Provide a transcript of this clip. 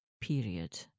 period